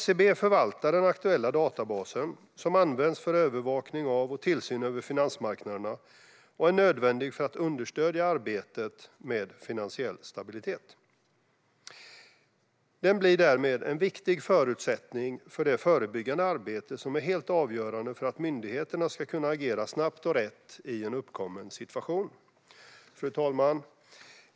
SCB förvaltar den aktuella databasen, som används för övervakning av och tillsyn över finansmarknaderna och är nödvändig för att understödja arbetet med finansiell stabilitet. Den blir därmed en viktig förutsättning för det förebyggande arbete som är helt avgörande för att myndigheterna ska kunna agera snabbt och rätt i varje uppkommen situation. Fru talman!